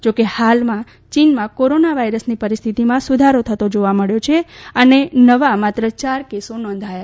જોકે હાલ ચીનમાં કોરોના વાયરસની પરિસ્થિતિમાં સુધારો થતો જોવા મબ્યો છે અને નવા માત્ર ચાર કેસો નોંધાયા છે